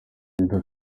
perezida